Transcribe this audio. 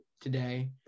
today